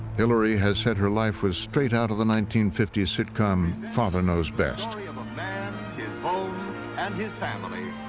hillary has said her life was straight out of the nineteen fifty s sitcom father knows best. the story of a man, his home and his family.